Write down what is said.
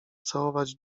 całować